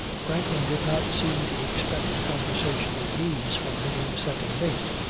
franklin did not seem to expect conversational ease from the new second mate.